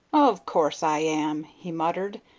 of course i am, he muttered,